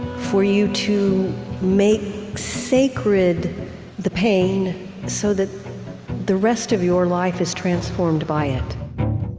for you to make sacred the pain so that the rest of your life is transformed by it.